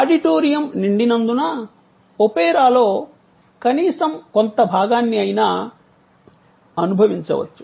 auditorium నిండినందున ఒపెరాలో కనీసం కొంత భాగాన్ని అయినా అనుభవించవచ్చు